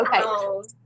okay